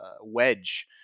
wedge